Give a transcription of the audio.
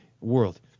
world